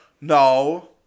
No